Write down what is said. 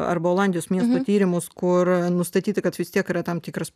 arba olandijos miesto tyrimus kur nustatyta kad vis tiek yra tam tikras